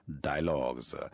dialogues